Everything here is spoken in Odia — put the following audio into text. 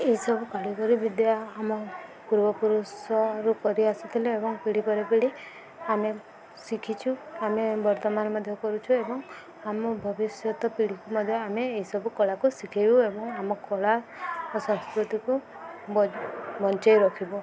ଏଇସବୁ କାରିଗରୀ ବିଦ୍ୟା ଆମ ପୂର୍ବପୁରୁଷରୁ କରି ଆସୁଥିଲେ ଏବଂ ପିଢ଼ି ପରେ ପିଢ଼ି ଆମେ ଶିଖିଚୁ ଆମେ ବର୍ତ୍ତମାନ ମଧ୍ୟ କରୁଛୁ ଏବଂ ଆମ ଭବିଷ୍ୟତ ପିଢ଼ିକୁ ମଧ୍ୟ ଆମେ ଏଇସବୁ କଳାକୁ ଶିଖେଇବୁ ଏବଂ ଆମ କଳା ଓ ସଂସ୍କୃତିକୁ ବ ବଞ୍ଚେଇ ରଖିବୁ